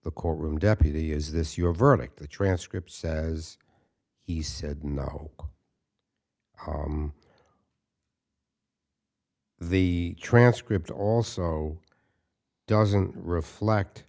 the courtroom deputy is this your verdict the transcript says he said no the transcript also doesn't reflect